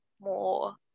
more